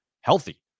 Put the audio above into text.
healthy